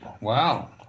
Wow